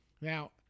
Now